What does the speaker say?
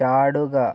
ചാടുക